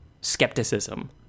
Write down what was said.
skepticism